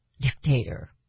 dictator